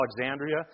Alexandria